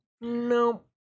nope